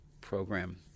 program